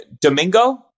Domingo